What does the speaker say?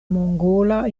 mongola